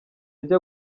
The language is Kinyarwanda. ajya